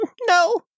No